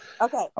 Okay